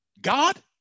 God